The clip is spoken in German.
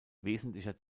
wesentlicher